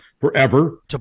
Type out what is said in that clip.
forever